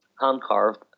hand-carved